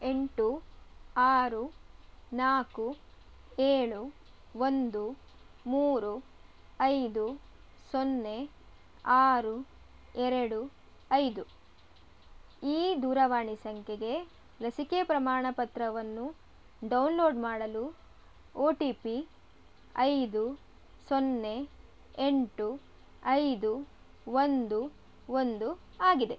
ಎಂಟು ಆರು ನಾಲ್ಕು ಏಳು ಒಂದು ಮೂರು ಐದು ಸೊನ್ನೆ ಆರು ಎರಡು ಐದು ಈ ದೂರವಾಣಿ ಸಂಖ್ಯೆಗೆ ಲಸಿಕೆ ಪ್ರಮಾಣಪತ್ರವನ್ನು ಡೌನ್ಲೋಡ್ ಮಾಡಲು ಒ ಟಿ ಪಿ ಐದು ಸೊನ್ನೆ ಎಂಟು ಐದು ಒಂದು ಒಂದು ಆಗಿದೆ